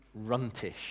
runtish